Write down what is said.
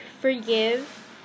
forgive